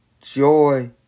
joy